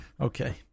Okay